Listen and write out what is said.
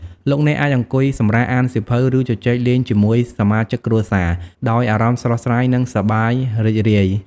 លោកអ្នកអាចអង្គុយសម្រាកអានសៀវភៅឬជជែកលេងជាមួយសមាជិកគ្រួសារដោយអារម្មណ៍ស្រស់ស្រាយនិងសប្បាយរីករាយ។